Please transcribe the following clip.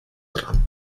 dran